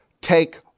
take